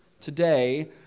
today